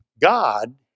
God